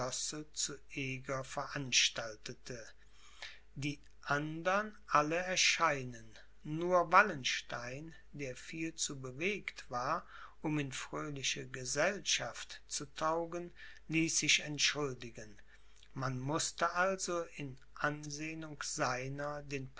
zu eger veranstaltete die andern alle erschienen nur wallenstein der viel zu bewegt war um in fröhliche gesellschaft zu taugen ließ sich entschuldigen man mußte also in ansehung seiner den